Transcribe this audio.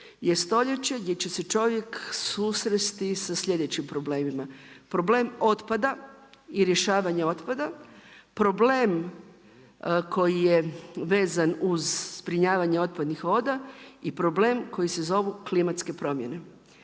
je stoljeće gdje će čovjek susresti sa slijedećim problemima. Problem otpada i rješavanja otpada. Problem koji je vezano uz zbrinjavanje otpadnih voda i problem koji se zovu klimatske promjene.